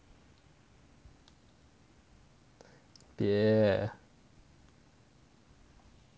yeah